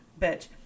bitch